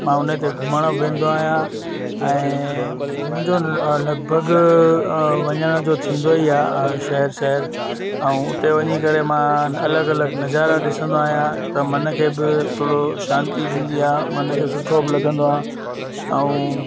मां उनते घुमणु वेंदो आहियां ऐं मुंहिंजो ल लॻिभॻि वञिणो जो थींदो ई आहे शहर शहर ऐं उते वञी करे मां अलॻि अलॻि नज़ारा ॾिसंदो आहियां त मन खे बि थोरो शांती थींदी आहे मन खे सुठो बि लॻंदो आहे ऐं